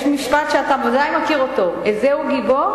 יש משפט שאתה ודאי מכיר אותו: איזהו גיבור,